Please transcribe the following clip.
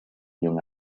young